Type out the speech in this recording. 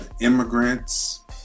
immigrants